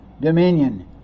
dominion